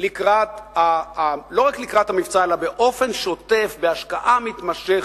לא רק לקראת המבצע אלא באופן שוטף בהשקעה מתמשכת.